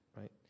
right